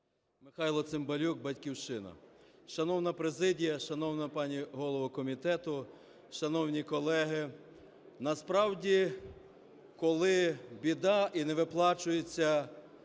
Михайло Цимбалюк, "Батьківщина". Шановна президія, шановна пані голово комітету, шановні колеги, насправді, коли біда і не виплачуються